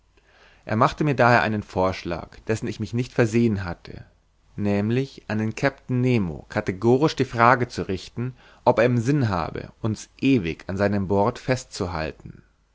er machte mir daher einen vorschlag dessen ich mich nicht versehen hatte nämlich an den kapitän nemo kategorisch die frage zu richten ob er im sinne habe uns ewig an seinem bord fest